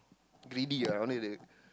greedy ah only the